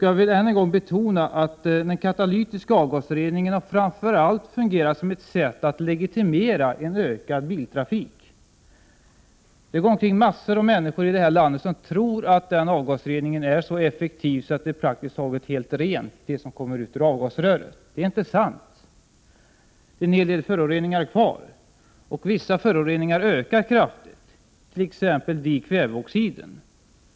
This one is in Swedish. Jag vill än en gång betona att den katalytiska avgasreningen framför allt har fungerat som ett sätt att legitimera en ökning av biltrafiken. En mängd människor i det här landet går omkring och tror att avgasreningen är så effektiv att det som kommer ut ur avgasröret är praktiskt taget helt rent. Det är inte riktigt. Det finns en hel del föroreningar kvar, och vissa föroreningar ökar kraftigt, t.ex. dikväveoxiden.